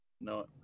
No